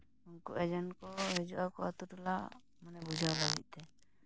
ᱩᱱᱠᱩ ᱮᱡᱮᱱᱴ ᱠᱚ ᱦᱤᱡᱩᱜ ᱟᱠᱚ ᱟᱛᱳᱴᱚᱞᱟ ᱢᱟᱱᱮ ᱵᱩᱡᱷᱟᱹᱣ ᱞᱟᱹᱜᱤᱫ ᱛᱮ